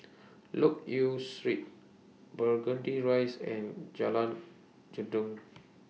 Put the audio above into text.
Loke Yew Street Burgundy Rise and Jalan Gendang